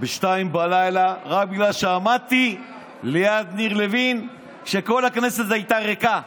ב-02:00 רק בגלל שעמדתי ליד ניר לוין כשכל הכנסת הייתה ריקה.